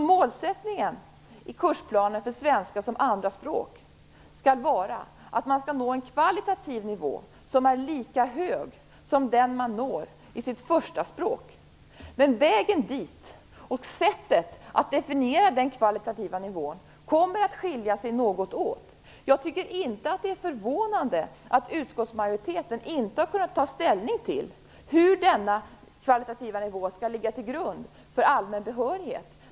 Målsättningen i kursplanen för svenska som andra språk skall vara att man skall nå en kvalitativ nivå som är lika hög som den man når i sitt första språk. Vägen dit och sättet att definiera den kvalitativa nivån kommer ändå att skilja sig något åt. Jag tycker inte att det är förvånande att utskottsmajoriteten inte har kunnat ta ställning till hur denna kvalitativa nivå skall ligga till grund för allmän behörighet.